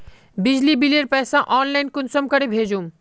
बिजली बिलेर पैसा ऑनलाइन कुंसम करे भेजुम?